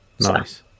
Nice